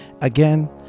Again